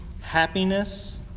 happiness